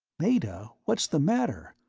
meta, what's the matter?